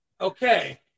Okay